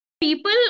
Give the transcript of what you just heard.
people